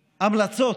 המלצות,